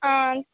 हां